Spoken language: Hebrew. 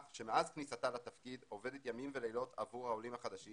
שמאז כניסתה לתפקיד עובדת ימים ולילות עבור העולים החדשים